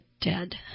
dead